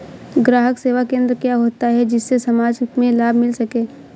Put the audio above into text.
ग्राहक सेवा केंद्र क्या होता है जिससे समाज में लाभ मिल सके?